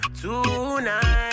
tonight